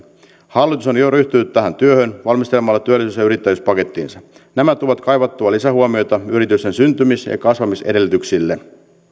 hallitus on jo ryhtynyt tähän työhön valmistelemalla työllisyys ja yrittäjyyspakettinsa nämä tuovat kaivattua lisähuomiota yritysten syntymis ja ja kasvamisedellytyksille